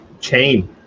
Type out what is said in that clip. Chain